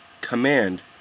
command